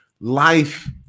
Life